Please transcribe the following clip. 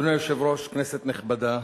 אדוני היושב-ראש, כנסת נכבדה,